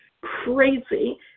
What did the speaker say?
crazy